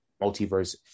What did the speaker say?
multiverse